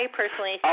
personally